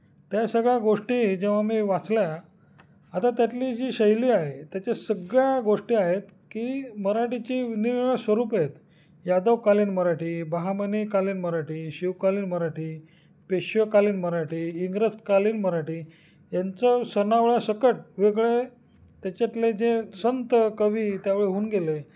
त्या सगळ्या गोष्टी जेव्हा मी वाचल्या आता त्यातली जी शैली आहे त्याच्या सगळ्या गोष्टी आहेत की मराठीची निरनि स्वरूपं आहेत यादव कालीन मराठी बहामनी कालीन मराठी शिवकालीन मराठी पेशवेकालीन मराठी इंग्रजकालीन मराठी यांचं सनावळ्यासकट वेगळे त्याच्यातले जे संत कवी त्यावेळी होऊन गेले